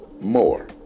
More